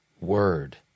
word